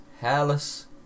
hairless